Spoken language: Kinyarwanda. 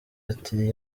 ati